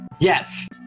yes